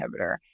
inhibitor